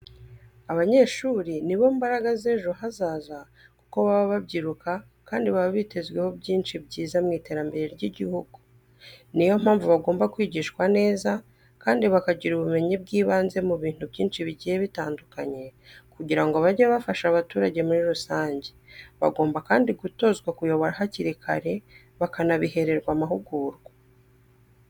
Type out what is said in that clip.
Abanyeshuri ni bo mbaraga z'ejo hazaza kuko baba babyiruka kandi baba bitezweho byinshi byiza mu iterambere ry'igihugu niyo mpamvu bagomba kwigishwa neza kandi bakagira ubumenyi bw'ibanze mu bintu byinshi bigiye bitandukanye kugirango bajye bafasha abaturage muri rusange. Bagomba kandi gutozwa kuyobora hakiri kare bakanabihererwa amahugurwa.